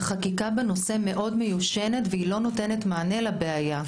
החקיקה בנושא מאוד מיושנת והיא לא נותנת מענה לבעיה.